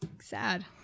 sad